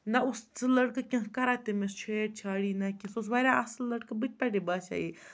نہ اوس سُہ لٔڑکہٕ کینٛہہ کَران تٔمِس چھیڑ چھاڑی نہ کینٛہہ سُہ اوس واریاہ اَصٕل لٔڑکہٕ بٕتھِ پٮ۪ٹھَے باسے یہِ